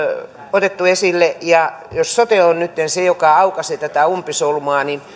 otettu esille ja jos sote on nytten se joka aukaisee tätä umpisolmua niin